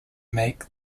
make